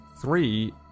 three